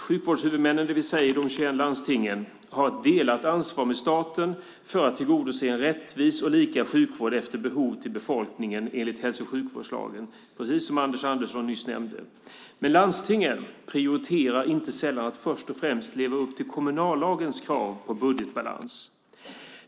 Sjukvårdshuvudmännen, det vill säga de 21 landstingen, har ett delat ansvar med staten för att ge en rättvis och lika sjukvård efter behov till befolkningen enligt hälso och sjukvårdslagen, precis som Anders Andersson nyss nämnde. Men landstingen prioriterar inte sällan att först och främst leva upp till kommunallagens krav på budgetbalans.